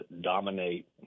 dominate